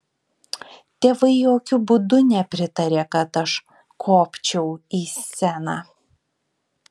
tėvai jokiu būdu nepritarė kad aš kopčiau į sceną